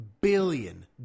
billion